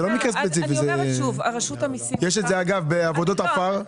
אגב, יש את זה בעבודות עפר.